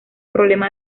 problema